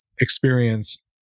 experience